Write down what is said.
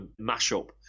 mashup